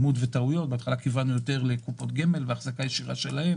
אנחנו צריכים את התיקונים האלה.